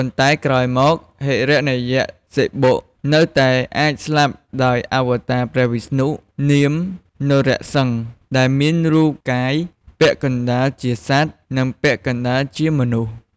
ប៉ុន្តែក្រោយមក ហិរណយក្សសិបុនៅតែអាចស្លាប់ដោយអវតារព្រះវិស្ណុ នាម នរសិង្ហ ដែលមានរូបកាយពាក់កណ្តាលជាសត្វ និងពាក់កណ្តាលជាមនុស្ស។